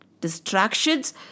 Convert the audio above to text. distractions